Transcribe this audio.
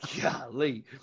Golly